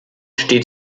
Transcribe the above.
steht